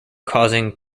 causing